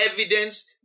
evidence